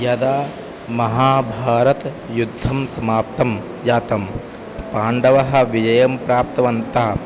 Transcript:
यदा महाभारतयुद्धं समाप्तं जातं पाण्डवः विजयं प्राप्तवन्तः